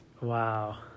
Wow